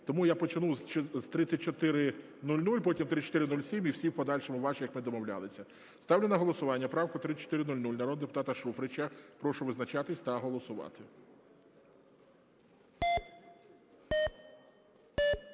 Тому я почну з 3400, потім 3407 і всі в подальшому ваші, як ми домовлялися. Ставлю на голосування правку 3400 народного депутата Шуфрича. Прошу визначатись та голосувати.